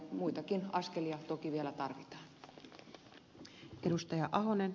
muitakin askelia toki vielä tarvitaan